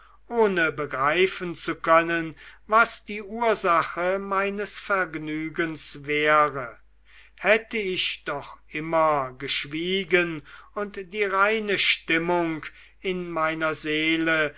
ohne begreifen zu können was die ursache meines vergnügens wäre hätte ich doch immer geschwiegen und die reine stimmung in meiner seele